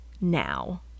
now